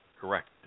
correct